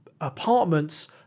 apartments